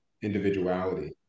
individuality